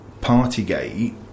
Partygate